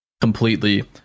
completely